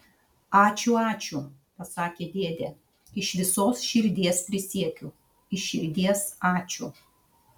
ačiū ačiū pasakė dėdė iš visos širdies prisiekiu iš širdies ačiū